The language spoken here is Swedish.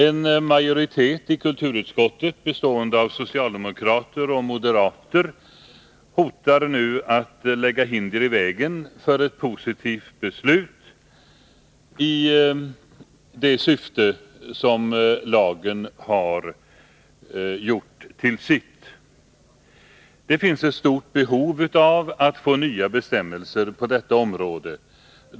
En majoritet i kulturutskottet bestående av socialdemokrater och moderater hotar nu att lägga hinder i vägen för ett positivt beslut med det syfte som lagen har gjort till sitt. Det finns ett stort behov av att få nya bestämmelser på detta område.